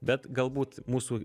bet galbūt mūsų